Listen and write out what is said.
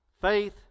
faith